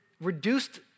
reduced